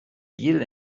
gel